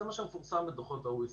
וזה מה שמפורסם בדוחות ה-OECD.